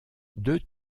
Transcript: deux